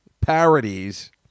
parodies